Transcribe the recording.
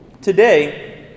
Today